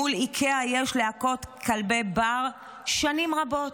מול איקאה יש להקות כלבי בר שנים רבות,